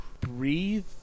Breathe